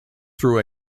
through